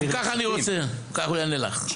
כי ככה אני רוצה, כך הוא יענה לך, מה תעשי הלאה?